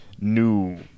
new